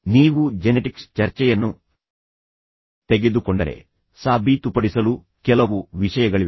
ನೀವು ಜೆನೆಟಿಕ್ಸ್ ಚರ್ಚೆಯನ್ನು ತೆಗೆದುಕೊಂಡರೆ ಸಾಬೀತುಪಡಿಸಲು ಕೆಲವು ವಿಷಯಗಳಿವೆ